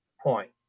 point